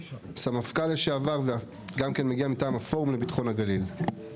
סמפכ"ל לשעבר וגם כן מגיע מטעם הפורום לביטחון הגליל.